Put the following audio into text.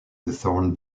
thorne